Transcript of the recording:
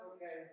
Okay